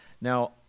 Now